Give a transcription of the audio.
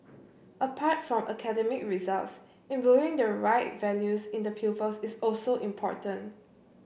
apart from academic results imbuing the right values in the pupils is also important